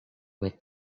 with